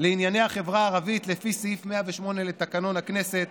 לענייני החברה הערבית, לפי סעיף 108 לתקנון הכנסת.